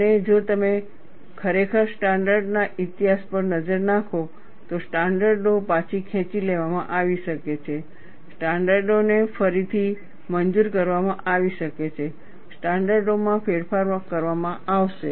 અને જો તમે ખરેખર સ્ટાન્ડર્ડો ના ઇતિહાસ પર નજર નાખો તો સ્ટાન્ડર્ડો પાછી ખેંચી લેવામાં આવી શકે છે સ્ટાન્ડર્ડો ને ફરીથી મંજૂર કરવામાં આવી શકે છે સ્ટાન્ડર્ડો માં ફેરફાર કરવામાં આવશે